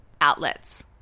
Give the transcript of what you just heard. outlets